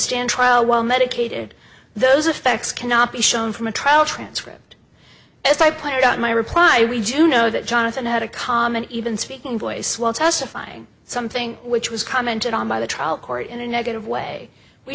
stand trial while medicated those effects cannot be shown from a trial transcript as i pointed out my reply re juno that jonathan had a calm and even speaking voice while testifying something which was commented on by the trial court in a negative way we